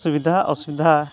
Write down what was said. ᱥᱩᱵᱤᱫᱷᱟ ᱚᱥᱩᱵᱤᱫᱷᱟ